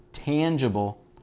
tangible